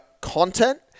content